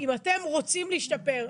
אם אתם רוצים להשתפר,